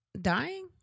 dying